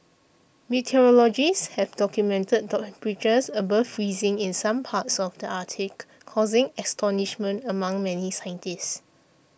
meteorologists have documented temperatures above freezing in some parts of the Arctic causing astonishment among many scientists